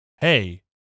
Hey